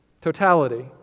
Totality